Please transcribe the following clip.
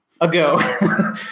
ago